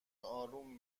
آروم